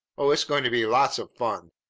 oh, it's going to be lots of fun.